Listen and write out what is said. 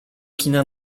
kina